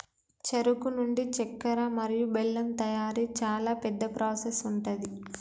చెరుకు నుండి చెక్కర మరియు బెల్లం తయారీ చాలా పెద్ద ప్రాసెస్ ఉంటది